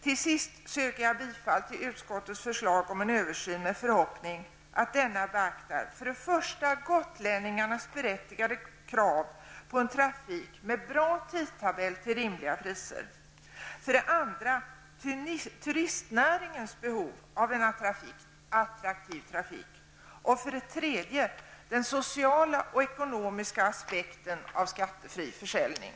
Till sist yrkar jag bifall till utskottets förslag om en översyn, med förhoppning om att denna beaktar för det första gotlänningarnas berättigade krav på en trafik med en bra tidtabell till rimliga priser, för det andra turistnäringens behov av en attraktiv trafik och för det tredje den sociala och ekonomiska aspekten av skattefri försäljning.